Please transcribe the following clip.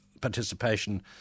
participation